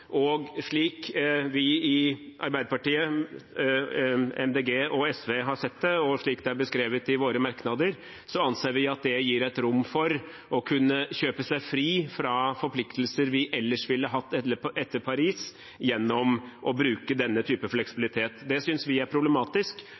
og slik vi i Arbeiderpartiet, Miljøpartiet De Grønne og SV har sett det, og slik det er beskrevet i våre merknader, anser vi at det gir et rom for å kunne kjøpe seg fri fra forpliktelser vi ellers ville hatt etter Parisavtalen, gjennom å bruke denne type